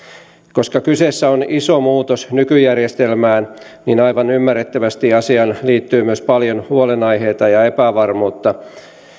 koska kyseessä on iso muutos nykyjärjestelmään niin aivan ymmärrettävästi asiaan liittyy myös paljon huolenaiheita ja epävarmuutta